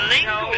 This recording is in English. no